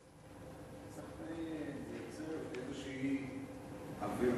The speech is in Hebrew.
צריך לייצר איזושהי אווירה,